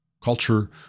culture